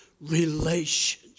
relationship